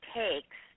takes